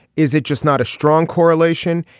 is it just not a strong correlation.